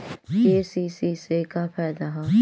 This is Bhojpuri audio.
के.सी.सी से का फायदा ह?